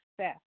Success